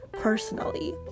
personally